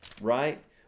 right